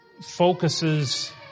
focuses